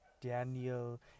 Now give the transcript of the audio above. Daniel